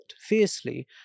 fiercely